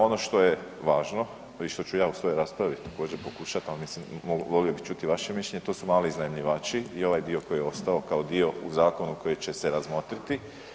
Ono što je važno i što ću ja u svojoj raspravi također pokušat, ali mislim volio bi čuti i vaše mišljenje, to su mali iznajmljivači i ovaj dio koji je ostao kao dio u zakonu koji će se razmotriti.